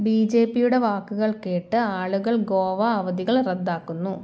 B ജെ പിയുടെ വാക്കുകൾ കേട്ട് ആളുകൾ ഗോവ അവധികൾ റദ്ദാക്കുന്നു